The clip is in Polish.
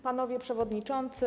Panowie Przewodniczący!